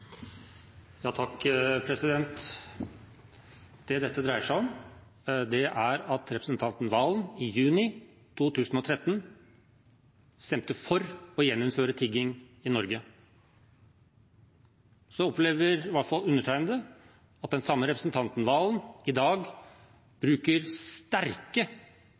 Det dette dreier seg om, er at representanten Serigstad Valen i juni 2013 stemte for å gjeninnføre tigging i Norge. Så opplever i hvert fall undertegnede at den samme representanten Serigstad Valen i dag bruker sterke